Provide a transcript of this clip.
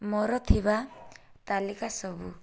ମୋର ଥିବା ତାଲିକା ସବୁ